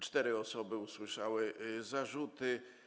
Cztery osoby usłyszały zarzuty.